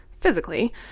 physically